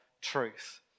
truth